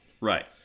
right